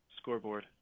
scoreboard